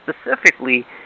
specifically